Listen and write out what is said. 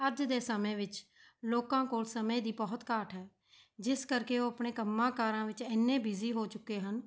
ਅੱਜ ਦੇ ਸਮੇਂ ਵਿੱਚ ਲੋਕਾਂ ਕੋਲ ਸਮੇਂ ਦੀ ਬਹੁਤ ਘਾਟ ਹੈ ਜਿਸ ਕਰਕੇ ਉਹ ਆਪਣੇ ਕੰਮਾਂ ਕਾਰਾਂ ਵਿੱਚ ਇੰਨੇ ਬਿਜ਼ੀ ਹੋ ਚੁੱਕੇ ਹਨ